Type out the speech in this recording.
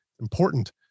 Important